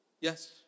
Yes